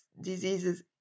diseases